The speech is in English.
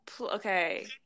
okay